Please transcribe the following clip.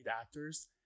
actors